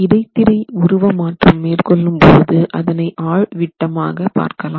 இடைத்திரை உருவ மாற்றம் மேற்கொள்ளும் போது அதனை ஆழ்விட்டமாக பார்க்கலாம்